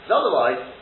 otherwise